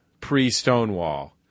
pre-Stonewall